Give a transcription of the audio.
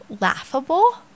laughable